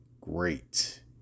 great